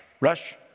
Rush